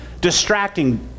distracting